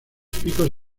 picos